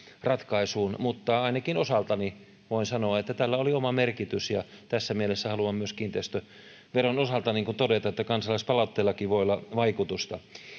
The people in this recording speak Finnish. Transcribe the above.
ratkaisuun mutta ainakin osaltani voin sanoa että tällä oli oma merkityksensä ja tässä mielessä haluan myös kiinteistöveron osalta todeta että kansalaispalautteellakin voi olla vaikutusta